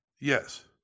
Yes